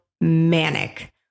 manic